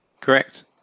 Correct